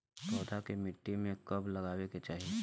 पौधा के मिट्टी में कब लगावे के चाहि?